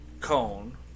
cone